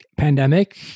pandemic